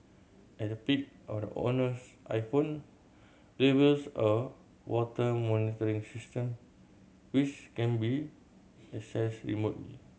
and a peek of the owner's iPhone reveals a water monitoring system which can be accessed remotely